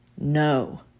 no